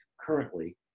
currently